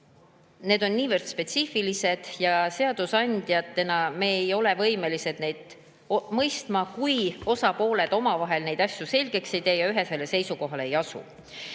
need on niivõrd spetsiifilised ja seadusandjatena ei ole me võimelised neid mõistma, kui osapooled omavahel neid asju selgeks ei tee ja ühesele seisukohale ei asu.